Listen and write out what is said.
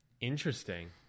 Interesting